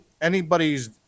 anybody's